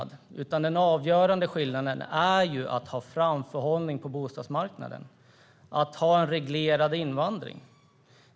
Den avgörande skillnaden är att ha framförhållning på bostadsmarknaden och att ha en reglerad invandring.